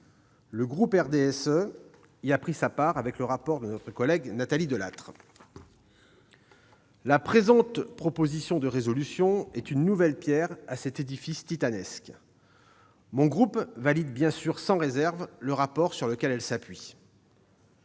Le groupe RDSE y a pris sa part, avec le rapport de notre collègue Nathalie Delattre. La présente proposition de résolution constitue une nouvelle pierre à cet édifice titanesque. Mon groupe valide bien entendu sans réserve le rapport sur lequel elle s'appuie.